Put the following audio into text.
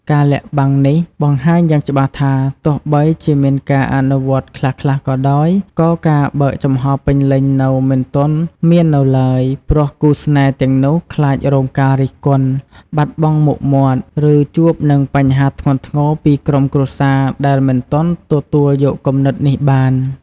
ការលាក់បាំងនេះបង្ហាញយ៉ាងច្បាស់ថា ទោះបីជាមានការអនុវត្តខ្លះៗក៏ដោយ ក៏ការបើកចំហរពេញលេញនៅមិនទាន់មាននៅឡើយ ព្រោះគូស្នេហ៍ទាំងនោះខ្លាចរងការរិះគន់ បាត់បង់មុខមាត់ ឬជួបនឹងបញ្ហាធ្ងន់ធ្ងរពីក្រុមគ្រួសារដែលមិនទាន់ទទួលយកគំនិតនេះបាន។